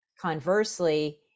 Conversely